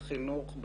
בחינוך,